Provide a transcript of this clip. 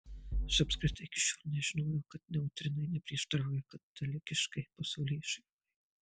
aš apskritai iki šiol nežinojau kad neutrinai neprieštarauja katalikiškai pasaulėžiūrai